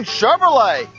Chevrolet